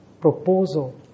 proposal